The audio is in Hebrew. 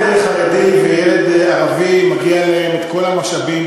ילד חרדי וילד ערבי מגיעים להם כל המשאבים,